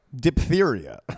diphtheria